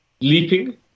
leaping